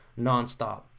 nonstop